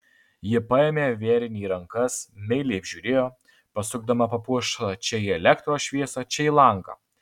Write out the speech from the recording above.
ji paėmė vėrinį į rankas meiliai apžiūrėjo pasukdama papuošalą čia į elektros šviesą čia į langą